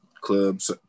clubs